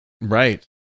right